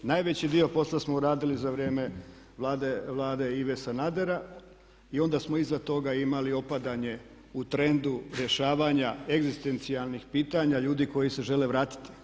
Najveći dio posla smo uradili za vrijeme Vlade Ive Sanadera i onda smo iza toga imali opadanje u trendu rješavanja egzistencijalnih pitanja ljudi koji se žele vratiti.